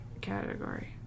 category